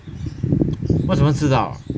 我怎么知道 ah